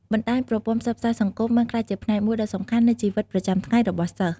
បណ្ដាញប្រព័ន្ធផ្សព្វផ្សាយសង្គមបានក្លាយជាផ្នែកមួយដ៏សំខាន់នៃជីវិតប្រចាំថ្ងៃរបស់សិស្ស។